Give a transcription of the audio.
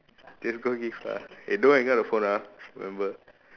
just go give lah eh don't hang up the phone ah remember